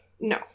No